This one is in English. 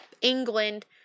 England